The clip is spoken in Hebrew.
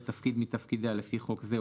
תפקיד ניקוז על פגמיםמתפקידיה לפי חוק זה,